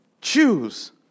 choose